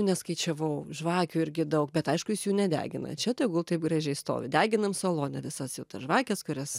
neskaičiavau žvakių irgi daug bet aišku jis jų nedegina čia tegul taip gražiai stovi deginam salone visas jau tas žvakės kurias